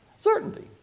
Certainty